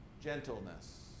gentleness